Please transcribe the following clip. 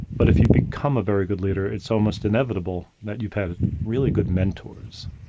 but if you become a very good leader, it's almost inevitable that you've had really good mentors.